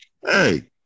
Hey